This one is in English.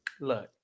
look